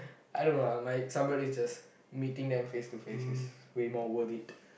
I don't know lah somebody just meeting them face to face is way more worth it